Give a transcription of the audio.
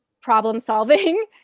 problem-solving